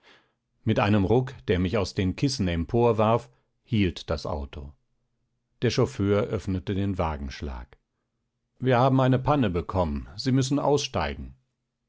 mit einem ruck der mich aus den kissen emporwarf hielt das auto der chauffeur öffnete den wagenschlag wir haben eine panne bekommen sie müssen aussteigen